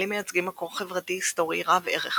אלה מייצגים מקור חברתי-היסטורי רב ערך